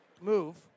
move